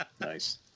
nice